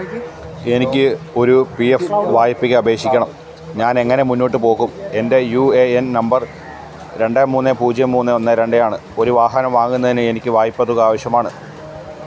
എനിക്ക് ഒരു P F വായ്പയ്ക്ക് അപേക്ഷിക്കണം ഞാൻ എങ്ങനെ മുന്നോട്ട് പോകും എൻ്റെ യു എ എൻ നമ്പർ രണ്ട് മൂന്ന് പൂജ്യം മൂന്ന് ഒന്ന് രണ്ട് ആണ് ഒരു വാഹനം വാങ്ങുന്നതിന് എനിക്ക് വായ്പ തുക ആവശ്യമാണ്